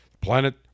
planet